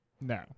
No